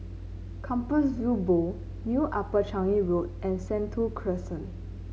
Compassvale Bow New Upper Changi Road and Sentul Crescent